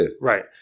Right